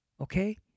Okay